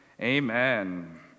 Amen